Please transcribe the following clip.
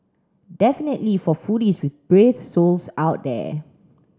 definitely for foodies with brave souls out there